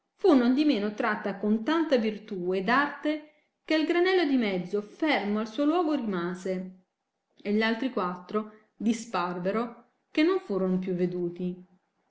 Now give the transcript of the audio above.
fu nondimeno tratta con tanta virtù ed arte che granello di mezzo fermo al suo luogo rimase e gli altri quattro disparvero che non furon più veduti